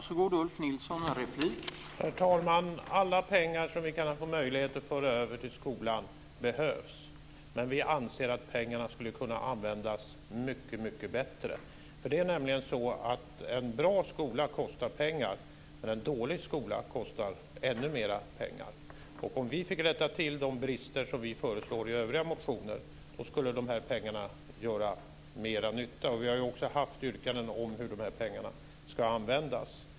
Herr talman! Alla pengar som vi får möjlighet att föra över till skolan behövs. Men vi anser att pengarna skulle kunna användas mycket bättre. Det är nämligen så att en bra skola kostar pengar. Men en dålig skola kostar ännu mer pengar. Om vi fick rätta till de brister som vi talar om i övriga motioner skulle de här pengarna göra mer nytta. Vi har ju också haft yrkanden om hur pengarna ska användas.